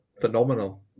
phenomenal